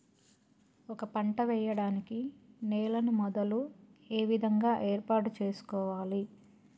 ఒక పంట వెయ్యడానికి నేలను మొదలు ఏ విధంగా ఏర్పాటు చేసుకోవాలి?